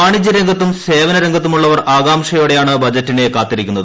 വാണിജ്യരംഗത്തും സേവന്രംഗത്തുമുള്ളവർ ആകാംക്ഷയോടെയാണ് ബജറ്റിനെ കാത്തിരിക്കുന്നത്